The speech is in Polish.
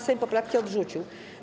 Sejm poprawki odrzucił.